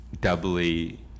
doubly